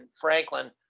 Franklin